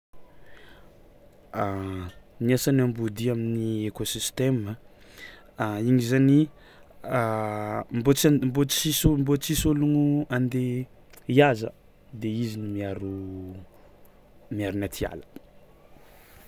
Ny asan'ny amboadia amin'ny ekôsistema igny zany mbô tsy n- mbô tsisy ô- mbô tsisy ôlogno andeha hihaza de izy no miaro miaro ny atiala.